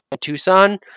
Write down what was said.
Tucson